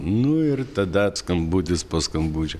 nu ir tada skambutis po skambučio